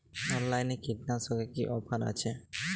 অনলাইনে কীটনাশকে কি অফার আছে?